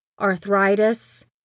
arthritis